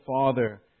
Father